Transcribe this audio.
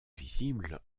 visibles